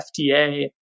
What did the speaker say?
FDA